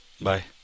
Bye